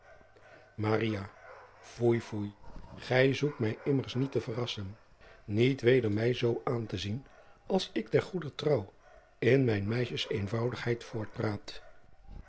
oei foei gij zoekt mij immers niet te verrassen iet weder mij zoo aan te zien als driaan oosjes zn et leven van aurits ijnslager ik ter goeder trouw in mijn meisjes